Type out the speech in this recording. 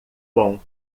bom